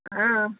ஆ